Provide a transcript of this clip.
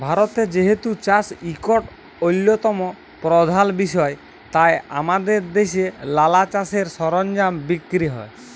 ভারতে যেহেতু চাষ ইকট অল্যতম পরধাল বিষয় তাই আমাদের দ্যাশে লালা চাষের সরলজাম বিক্কিরি হ্যয়